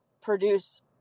produce